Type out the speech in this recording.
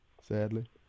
sadly